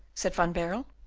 said van baerle.